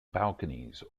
balconies